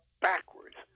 backwards